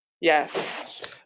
Yes